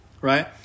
right